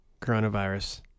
Coronavirus